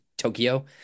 Tokyo